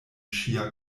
ŝia